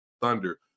Thunder